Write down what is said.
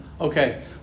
Okay